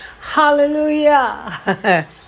Hallelujah